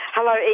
Hello